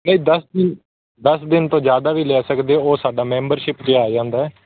ਨਹੀਂ ਦਸ ਦਿਨ ਦਸ ਦਿਨ ਤੋਂ ਜ਼ਿਆਦਾ ਵੀ ਲੈ ਸਕਦੇ ਹੋ ਉਹ ਸਾਡਾ ਮੈਂਬਰਸ਼ਿਪ ਵੀ ਆ ਜਾਂਦਾ